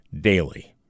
daily